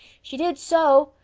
she did so.